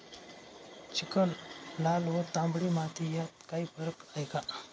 Chicken, लाल व तांबडी माती यात काही फरक आहे का?